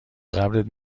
قبرت